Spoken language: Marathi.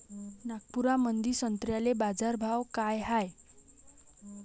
नागपुरामंदी संत्र्याले बाजारभाव काय हाय?